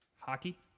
Hockey